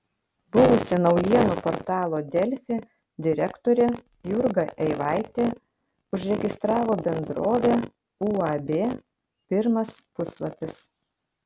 buvusi naujienų portalo delfi direktorė jurga eivaitė užregistravo bendrovę uab pirmas puslapis